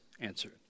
answered